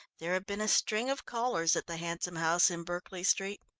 there had been a string of callers at the handsome house in berkeley street.